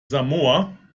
samoa